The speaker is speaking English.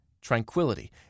tranquility